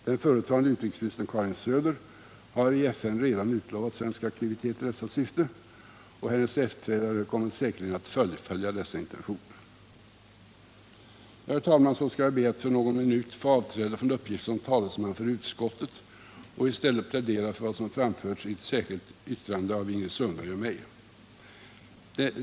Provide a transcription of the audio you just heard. Den förutvarande utrikesministern Karin Söder har i FN redan utlovat svensk aktivitet i dessa syften, och hennes efterträdare kommer säkerligen att fullfölja dessa intentioner. Herr talman! Så skall jag be att för några minuter få avträda från uppgiften som talesman för utskottet och i stället plädera för vad som framförts i ett särskilt yttrande av Ingrid Sundberg och mig.